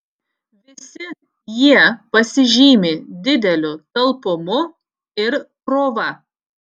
visi jie pasižymi dideliu talpumu ir krova